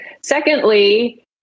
Secondly